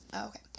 okay